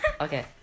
Okay